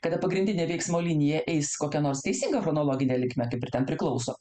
kada pagrindinė veiksmo linija eis kokia nors teisinga chronologine linkme kaip ir ten priklauso